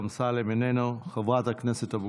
חבר הכנסת אמסלם,